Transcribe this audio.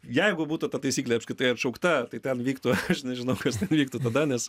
jeigu būtų ta taisyklė apskritai atšaukta tai ten vyktų aš nežinau kas ten vyktų tada nes